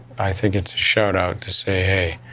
i think it's a shoutout to say, hey,